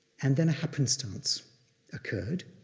and then a happenstance occurred.